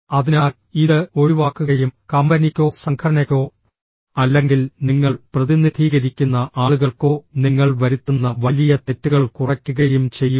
അതിനാൽ ഇത് ഒഴിവാക്കുകയും കമ്പനിയ്ക്കോ സംഘടനയ്ക്കോ അല്ലെങ്കിൽ നിങ്ങൾ പ്രതിനിധീകരിക്കുന്ന ആളുകൾക്കോ നിങ്ങൾ വരുത്തുന്ന വലിയ തെറ്റുകൾ കുറയ്ക്കുകയും ചെയ്യുക